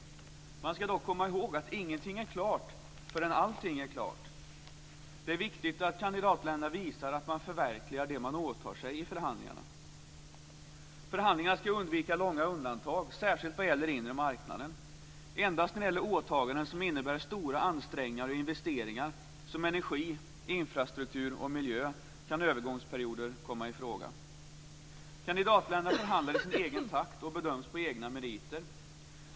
Man ska dock komma ihåg att ingenting är klart förrän allting är klart. Det är viktigt att kandidatländerna visar att de förverkligar det som de åtar sig i förhandlingarna. Förhandlingarna ska undvika långa undantag, särskilt vad gäller den inre marknaden. Endast när det gäller åtaganden som innebär stora ansträngningar och investeringar som energi, infrastruktur och miljö kan övergångsperioder komma i fråga. Kandidatländerna förhandlar i sin egen takt och bedöms på egna meriter.